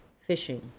fishing